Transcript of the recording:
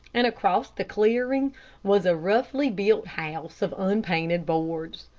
and across the clearing was a roughly-built house of unpainted boards.